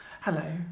hello